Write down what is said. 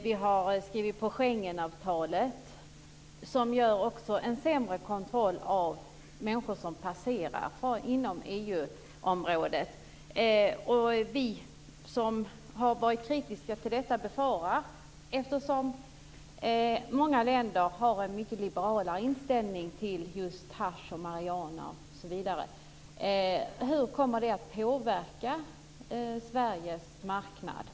Vi har skrivit på Schengenavtalet som också leder till en sämre kontroll av människor som passerar över gränserna inom EU-området. Eftersom många länder har en mycket liberalare inställning till just hasch, marijuana, osv. undrar vi som har varit kritiska till detta hur det kommer att påverka Sveriges marknad.